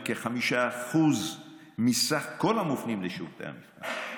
כ-5% מכלל המופנים לשירותי המבחן,